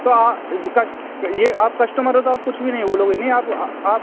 तो कश्ट यह आप कश्टमर हो तो आप कुछ भी नहीं बोलोगे नहीं आप